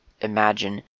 imagine